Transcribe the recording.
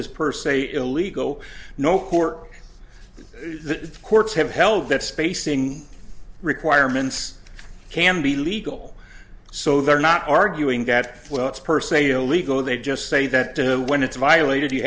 is per se illegal no court the courts have held that spacing requirements can be legal so they're not arguing that it's per se illegal they just say that when it's violated you